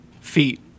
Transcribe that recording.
feet